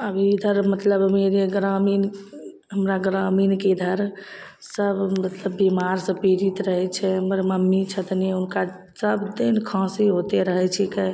अभी इधर मतलब मेरे ग्रामीण हमरा ग्रामीणके इधर सब मतलब बीमार से पीड़ित रहैत छै हमर मम्मी छथिन हुनका सब दिन खाँसी होयते रहैत छिकै